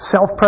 Self